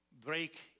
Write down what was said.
Break